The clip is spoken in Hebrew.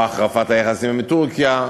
או החרפת היחסים עם טורקיה,